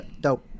dope